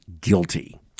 guilty